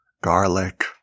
garlic